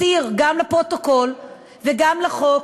הצהיר גם לפרוטוקול וגם בחוק,